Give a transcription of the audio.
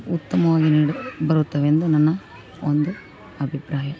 ಉತ್ತಮವಾಗಿ ನೀಡಿ ಬರುತ್ತವೆ ಎಂದು ನನ್ನ ಒಂದು ಅಭಿಪ್ರಾಯ